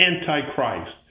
anti-Christ